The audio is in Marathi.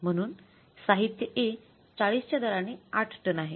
णून साहित्य A 40 च्या दराने 8 टन आहे